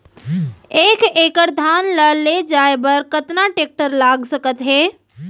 एक एकड़ धान ल ले जाये बर कतना टेकटर लाग सकत हे?